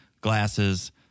glasses